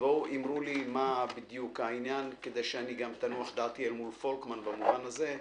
בואו אמרו לי מה בדיוק העניין כדי שגם תנוח דעתי מול פולקמן במובן הזה,